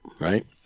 right